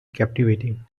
captivating